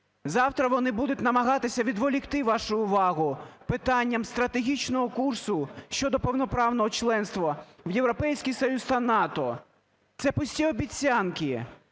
Завтра вони будуть намагатися відволікти вашу увагу питанням стратегічного курсу щодо повноправного членства в Європейський Союз та НАТО. Це пусті обіцянки,